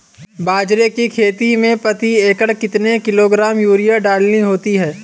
बाजरे की खेती में प्रति एकड़ कितने किलोग्राम यूरिया डालनी होती है?